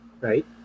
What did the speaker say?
right